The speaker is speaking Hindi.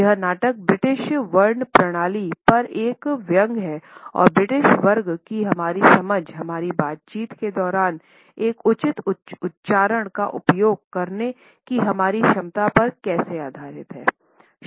यह नाटक ब्रिटिश वर्ग प्रणाली पर एक व्यंग्य है और ब्रिटिश वर्ग की हमारी समझ हमारी बातचीत के दौरान एक उचित उच्चारण का उपयोग करने की हमारी क्षमता पर कैसे आधारित है